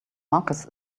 marcus